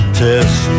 test